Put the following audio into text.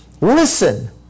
Listen